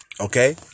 Okay